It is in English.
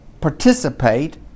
participate